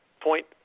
point